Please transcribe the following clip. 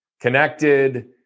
connected